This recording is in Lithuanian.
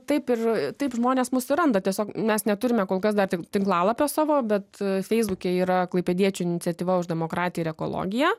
taip ir taip žmonės mus suranda tiesiog mes neturime kol kas dar tink tinklalapio savo bet feisbuke yra klaipėdiečių iniciatyva už demokratiją ir ekologiją